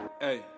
Hey